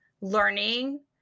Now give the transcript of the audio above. learning